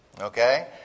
okay